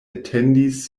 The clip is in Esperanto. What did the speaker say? etendis